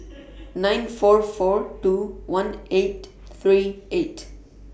nine four four two one eight three eight